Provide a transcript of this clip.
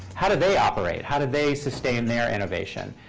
how do they operate? how do they sustain their innovation?